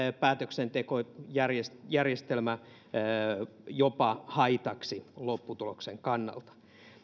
päätöksentekojärjestelmä jopa haitaksi lopputuloksen kannalta